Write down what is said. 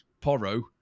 Porro